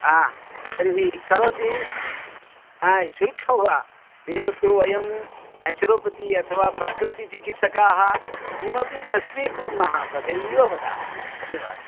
हा तर्हि करोति शुल्कं वा एतत्तु वयं न्याचुरोपति अथवा प्रकृतिचिकित्सकाः किमपि न स्वीकुर्मः तथैव वदामः धन्यवादः